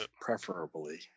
Preferably